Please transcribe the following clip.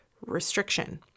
restriction